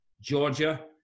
Georgia